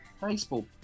Baseball